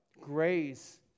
grace